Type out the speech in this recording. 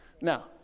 now